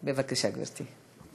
בבקשה, גברתי.